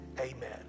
amen